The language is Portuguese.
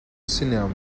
cinema